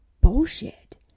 bullshit